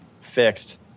fixed